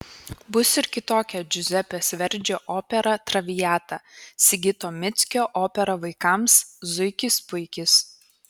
bus ir kitokia džiuzepės verdžio opera traviata sigito mickio opera vaikams zuikis puikis